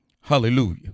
hallelujah